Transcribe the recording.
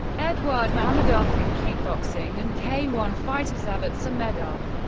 eduard mammadov in kickboxing, and k one fighter zabit samedov.